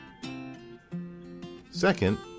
second